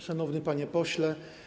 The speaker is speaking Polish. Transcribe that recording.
Szanowny Panie Pośle!